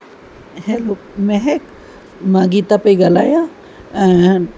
hello Mahak मां गीता पई ॻालायां